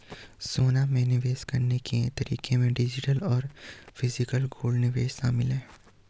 सोना में निवेश करने के तरीके में डिजिटल और फिजिकल गोल्ड निवेश शामिल है